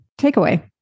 takeaway